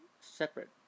separate